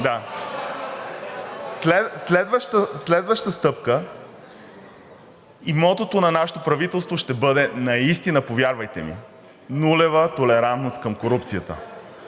Следващата стъпка и мотото на нашето правителство ще бъде наистина, повярвайте ми: нулева толерантност към корупцията,